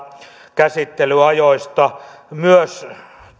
käsittelyajoista myös